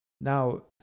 Now